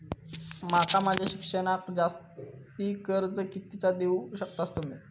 माका माझा शिक्षणाक जास्ती कर्ज कितीचा देऊ शकतास तुम्ही?